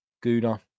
Guna